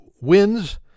wins